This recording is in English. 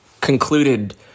concluded